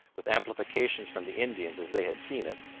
with amplifications from the indians as they had seen it,